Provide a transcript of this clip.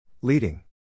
Leading